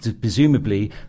Presumably